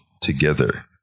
together